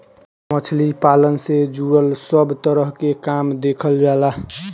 मछली पालन से जुड़ल सब तरह के काम देखल जाला